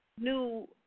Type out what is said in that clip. new